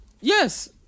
Yes